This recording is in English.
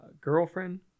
girlfriend